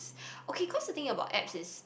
okay cause the thing about apps is